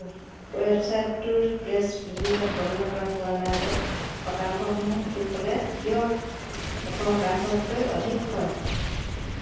ৱেবছাইটটোৰ প্ৰেছ ৰিলিজত বৰ্ণনা কৰা হোৱা নাই যে শতাংশসমূহ যোগ হ'লে কিয় এশ শতাংশতকৈ অধিক হয়